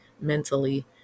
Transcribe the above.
mentally